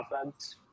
offense